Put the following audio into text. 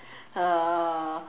uh